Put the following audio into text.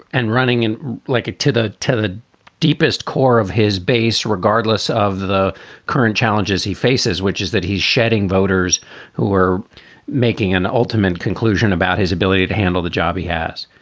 and running and like it to the to the deepest core of his base, regardless of the current challenges he faces, which is that he's shedding voters who are making an ultimate conclusion about his ability to handle the job he has.